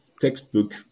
textbook